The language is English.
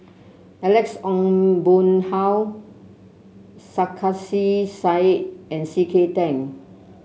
Alex Ong Boon Hau Sarkasi Said and C K Tang